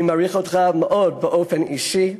אני מעריך אותך מאוד באופן אישי.